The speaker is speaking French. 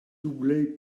doublée